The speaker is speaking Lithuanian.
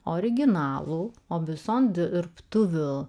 originalų o vison dirbtuvių